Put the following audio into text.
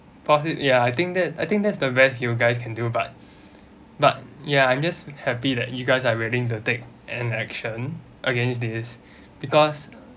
cause it ya I think that I think that's the best you guys can do but but ya I'm just happy that you guys are willing to take an action against this because